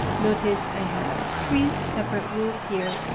notice i have three separate rules here.